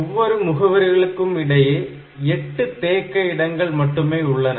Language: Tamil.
ஒவ்வொரு முகவரிகளுக்கும் இடையே 8 தேக்க இடங்கள் மட்டுமே உள்ளன